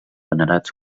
venerats